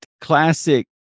classic